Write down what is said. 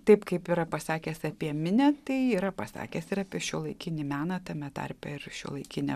taip kaip yra pasakęs apie minią tai yra pasakęs ir apie šiuolaikinį meną tame tarpe ir šiuolaikinę